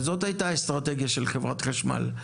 אבל זו הייתה האסטרטגיה של חברת החשמל,